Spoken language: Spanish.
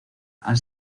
han